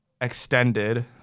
extended